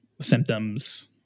symptoms